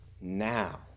now